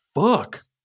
fuck